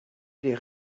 des